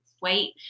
wait